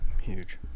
Huge